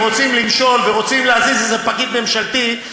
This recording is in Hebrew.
ורוצים למשול ורוצים להזיז איזה פקיד ממשלתי,